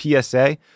PSA